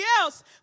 else